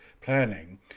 planning